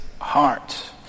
heart